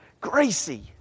Gracie